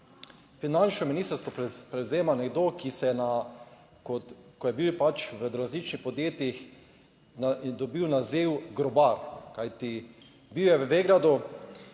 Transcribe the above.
finančno ministrstvo prevzema nekdo, ki se je kot, ko je bil pač v različnih podjetjih, je dobil naziv grobar, kajti bil je v Vegradu